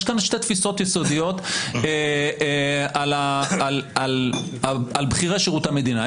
יש כאן שתי תפיסות יסודיות על בכירי שירות המדינה.